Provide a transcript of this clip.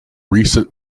recent